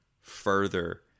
further